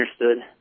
understood